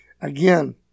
Again